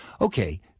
Okay